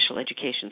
education